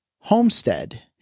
homestead